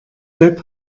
depp